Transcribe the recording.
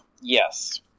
yes